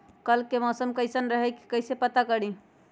कल के मौसम कैसन रही कई से पता करी?